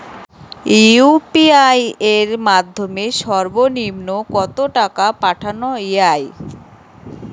UPI এর মাধ্যমে সর্ব নিম্ন কত টাকা পাঠানো য়ায়?